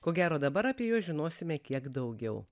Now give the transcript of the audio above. ko gero dabar apie juos žinosime kiek daugiau